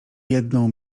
jedną